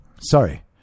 Sorry